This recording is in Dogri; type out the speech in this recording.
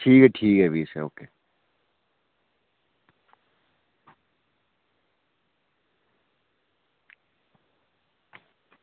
ठीक ऐ ठीक ऐ भी सर ओके